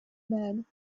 bed